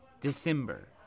December